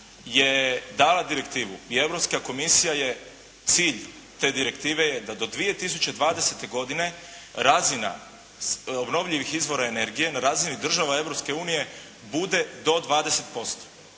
je dala direktivu i Europska komisija je cilj te direktive je da do 2020. godine razina obnovljivih izvora energije na razini država Europske